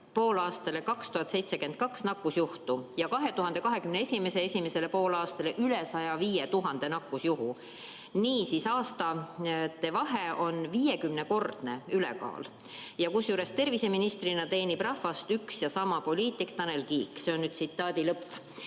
poolaastale 2072 nakkusjuhtu ja 2021. esimesele poolaastale üle 105 000 nakkusjuhu. Niisiis on aastate vahel viiekümnekordne ülekaal, kusjuures terviseministrina teenib rahvast üks ja sama poliitik Tanel Kiik." Tsitaadi lõpp.